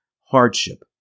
hardship